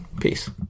Peace